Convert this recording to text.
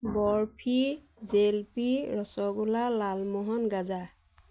barfi jalebi rasgulla lalmohan গাজা